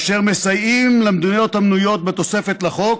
אשר מסייעים למדינות המנויות בתוספת לחוק,